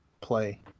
play